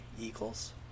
Eagles